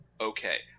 okay